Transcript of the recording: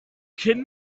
cyn